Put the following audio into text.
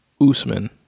Usman